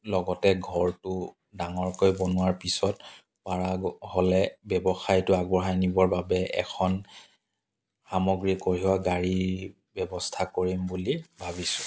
লগতে ঘৰটো ডাঙৰকৈ বনোৱাৰ পিছত পৰা হ'লে ব্যৱসায়টো আগবঢ়াই নিবৰ বাবে এখন সামগ্ৰী কঢ়িওৱা গাড়ীৰ ব্যৱস্থা কৰিম বুলি ভাবিছোঁ